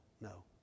No